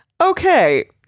Okay